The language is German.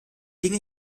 dinge